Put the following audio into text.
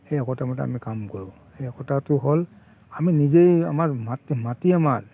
সেই একতা মতে কাম কৰোঁ সেই একতাটো হ'ল আমি নিজেই আমাৰ মাটি আমাৰ